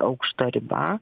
aukšta riba